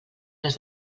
les